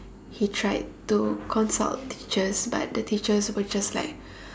he tried to consult teachers but the teachers were just like